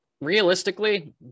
Realistically